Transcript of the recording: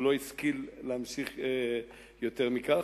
הוא לא השכיל להמשיך יותר מכך.